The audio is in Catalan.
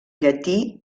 llatí